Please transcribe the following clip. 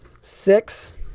six